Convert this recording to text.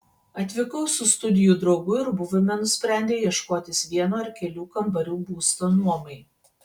atvykau su studijų draugu ir buvome nusprendę ieškotis vieno ar kelių kambarių būsto nuomai